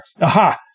Aha